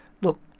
look